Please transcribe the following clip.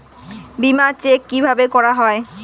বিমা চেক কিভাবে করা হয়?